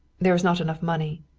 there is not enough money.